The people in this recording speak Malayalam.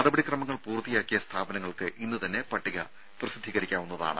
നടപടി ക്രമങ്ങൾ പൂർത്തിയാക്കിയ സ്ഥാപനങ്ങൾക്ക് ഇന്ന് തന്നെ പട്ടിക പ്രസിദ്ധീകരിക്കാവുന്നതാണ്